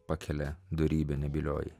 pakelia dorybė nebylioji